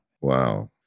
Wow